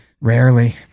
Rarely